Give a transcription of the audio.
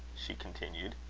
she continued.